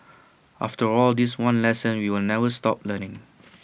after all this one lesson we will never stop learning